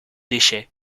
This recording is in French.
déchets